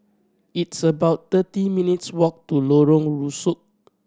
it's about thirty minutes' walk to Lorong Rusuk